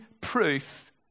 proof